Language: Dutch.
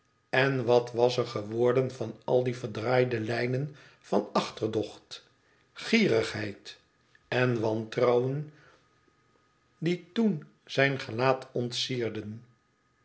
en wat was er geworden van al die verdraaide lijnen van achterdocht gierigheid en wantrouwen die toen zijn gelaat